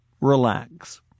Relax